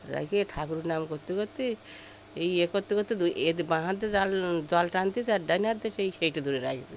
রেখে ঠাকুর নাম করতে করতে এই ইয়ে করতে করতে বাঁ হাতে জাল জল টানছে আর ডান হাতে সেই সেটা ধরে রেখেছে